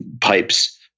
pipes